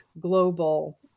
global